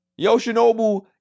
Yoshinobu